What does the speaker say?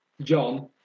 John